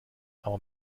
aber